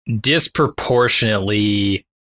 disproportionately